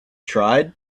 tried